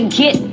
get